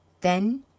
Then